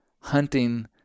hunting